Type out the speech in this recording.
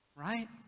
right